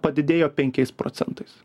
padidėjo penkiais procentais